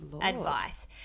Advice